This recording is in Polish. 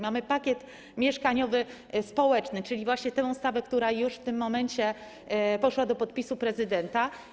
Mamy pakiet mieszkaniowy społeczny, czyli właśnie tę ustawę, która już w tym momencie poszła do podpisu prezydenta.